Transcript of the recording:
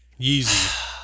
Yeezy